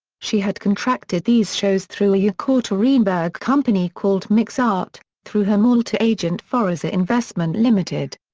she had contracted these shows through a yekaterinburg company called mix art, through her malta agent foresa investment ltd.